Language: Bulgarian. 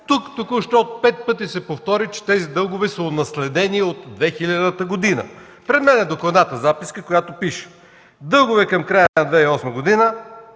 Тук току-що пет пъти се повтори, че тези дългове са унаследени от 2000 г. Пред мен е докладната записка, в която пише: дългове към края на 2008 г.